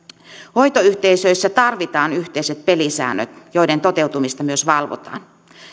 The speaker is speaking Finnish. hoitoyhteisöissä tarvitaan yhteiset pelisäännöt joiden toteutumista myös valvotaan